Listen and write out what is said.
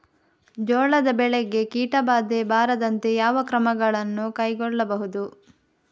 ಜೋಳದ ಬೆಳೆಗೆ ಕೀಟಬಾಧೆ ಬಾರದಂತೆ ಯಾವ ಕ್ರಮಗಳನ್ನು ಕೈಗೊಳ್ಳಬಹುದು?